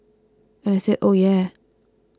and I said oh yeah